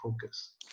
focus